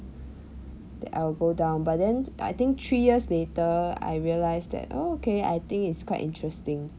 that I'll go down but then I think three years later I realised that oh okay I think it's quite interesting